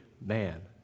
man